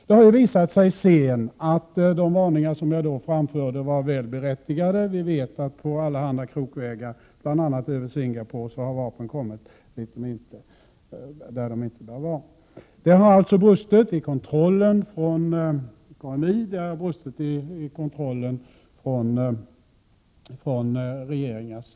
Det har visat sig att de varningar som jag då framförde var väl berättigade. Vi vet att vapen på allehanda krokvägar, bl.a. över Singapore, har kommit dit där de inte bör finnas. Det har alltså brustit i kontrollen från krigsmaterielinspektionen och från regeringen.